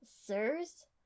Sirs